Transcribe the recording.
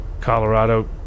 Colorado